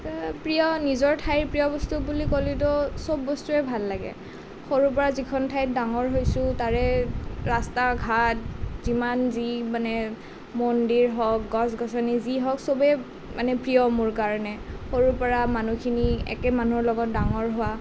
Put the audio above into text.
এতিয়া প্ৰিয় নিজৰ ঠাইৰ প্ৰিয় বস্তু বুলি ক'লেতো চব বস্তুৱে ভাল লাগে সৰুৰ পৰা যিখন ঠাইত ডাঙৰ হৈছোঁ তাৰে ৰাস্তা ঘাট যিমান যি মানে মন্দিৰ হওক গছ গছনি যি হওক চবেই মানে প্ৰিয় মোৰ কাৰণে সৰুৰ পৰা মানুহখিনি একে মানুহৰ লগত ডাঙৰ হোৱা